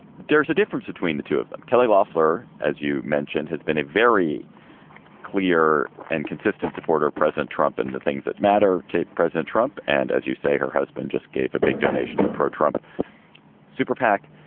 there's a difference between the two of them. kelly loffler, as you mentioned, has been a very clear and consistent supporter, president trump and the things that matter to president trump. and as you say, her husband just gave a big donation to a pro trump superpac.